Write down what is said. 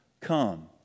come